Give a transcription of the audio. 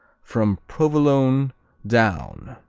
from provolone down,